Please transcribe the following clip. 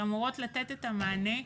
שאמורות לתת את המענה,